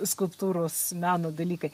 skulptūros meno dalykai